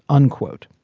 unquote.